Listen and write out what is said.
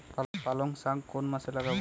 পালংশাক কোন মাসে লাগাব?